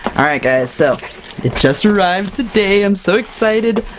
alright guys so it just arrived today, i'm so excited!